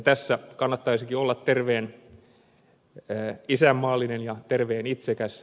tässä kannattaisikin olla terveen isänmaallinen ja terveen itsekäs